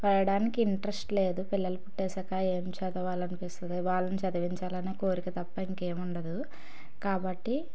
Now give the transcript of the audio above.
రాయడానికి ఇంట్రస్ట్ లేదు పిల్లలు పుట్టాక ఏమి చదవాలి అనిపిస్తుంది వాళ్ళని చదివించాలి అని కోరిక తప్ప ఇంకేమి ఉండదు కాబట్టి